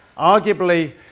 arguably